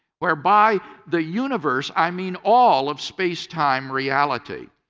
where by the universe i mean all of space-time reality?